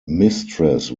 mistress